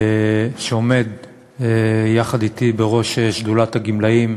שעומד יחד אתי בראש שדולת הגמלאים,